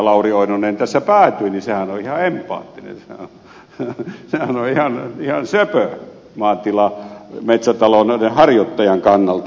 lauri oinonen jo tässä päätyi on ihan empaattinen sehän on ihan söpö maatila metsätalouden harjoittajan kannalta